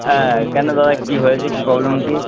হ্যাঁ কেন দাদা কী হয়েছে কী প্রবলেম কী